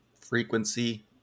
frequency